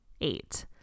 eight